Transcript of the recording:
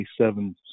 27